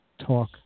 Talk